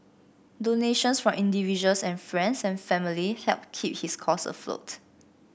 donations from individuals and friends and family helped keep his cause afloat